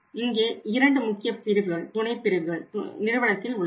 இங்கே இரண்டு முக்கிய பிரிவுகள் துணை பிரிவுகள் நிறுவனத்தில் உள்ளன